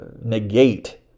negate